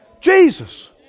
Jesus